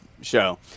show